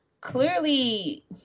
clearly